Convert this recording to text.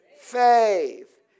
faith